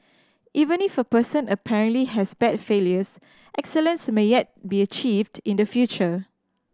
even if a person apparently has bad failures excellence may yet be achieved in the future